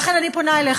לכן אני פונה אליך,